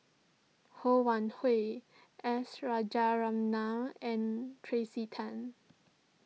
Ho Wan Hui S Rajaratnam and Tracey Tan